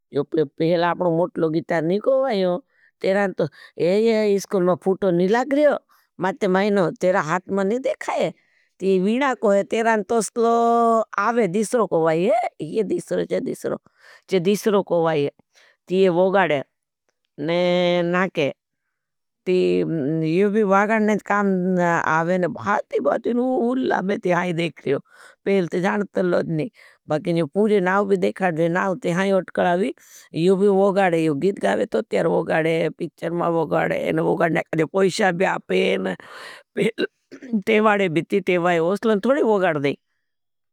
यो पहला अपनो मोटलो गितार नहीं कोवाई हो। तेरान तो एएए इसकुल मा फूटो नहीं लाग रही हो। मा ते मैनो तेरा हाथ मा नहीं देखाये। ती विणा कोहे तेरान तो स्लो आवे दिसरो कोवाई है। यो गित गाए तो तेर वोगाड़े, पिछर मा वोगाड़े, ते वाड़े बिती ते वाए, उसलों थोड़ी वोगाड़े नहीं।